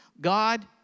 God